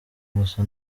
gusa